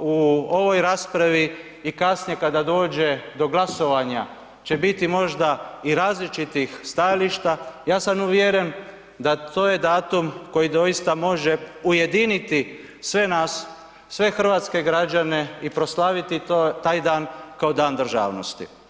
u ovoj raspravi i kasnije kada dođe do glasovanja će biti možda i različitih stajališta ja sam uvjeren da to je datum koji doista može ujediniti sve nas, sve hrvatske građane i proslaviti taj dan kao Dan državnosti.